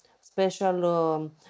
special